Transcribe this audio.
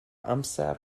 amser